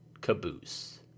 caboose